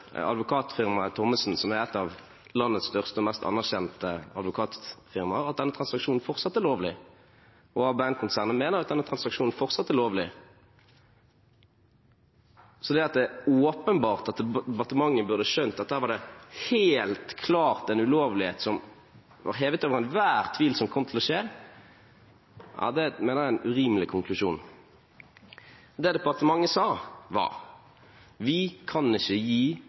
Advokatfirmaet Thommessen, som er et av landets største og mest anerkjente advokatfirma, mener at den transaksjonen fortsatt er lovlig, og ABN-konsernet mener at denne transaksjonen fortsatt er lovlig. Så det at det er åpenbart at departementet burde ha skjønt at det her helt klart var en ulovlighet som det var hevet over enhver tvil at kom til å skje, mener jeg er en urimelig konklusjon. Det departementet sa, var: Vi kan ikke gi